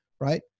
Right